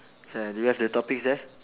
ya do you have the topics there